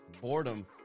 boredom